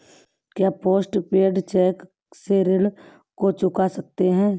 क्या post paid cheque से ऋण को चुका सकते हैं?